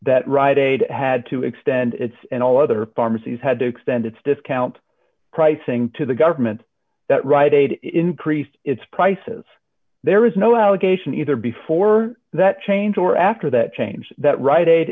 that rite aid had to extend its and all other pharmacies had to extend its discount pricing to the government that rite aid increased its prices there is no allegation either before or that change or after that change that rite aid